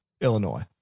Illinois